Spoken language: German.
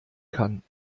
kann